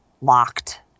locked